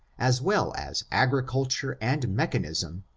as well as agri culture and mechanism,